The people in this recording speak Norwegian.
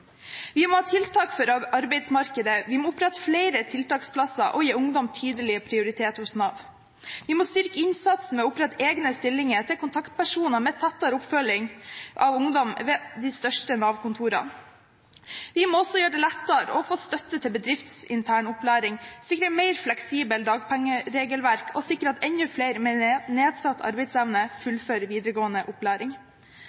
Vi må ha tiltak for arbeidsmarkedet, vi må opprette flere tiltaksplasser, og vi må gi ungdom tydelig prioritet hos Nav. Vi må styrke innsatsen ved å opprette egne stillinger til kontaktpersoner med tettere oppfølging av ungdom ved de største Nav-kontorene. Vi må også gjøre det lettere å få støtte til bedriftsintern opplæring, sikre mer fleksibelt dagpengeregelverk og sikre at enda flere med nedsatt arbeidsevne fullfører videregående opplæring.